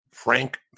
Frank